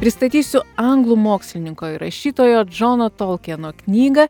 pristatysiu anglų mokslininko ir rašytojo džono tolkieno knygą